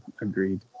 agreed